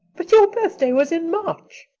but your birthday was in march!